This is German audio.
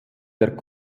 der